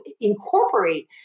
incorporate